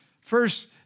First